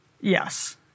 Yes